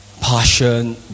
passion